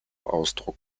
ausdruck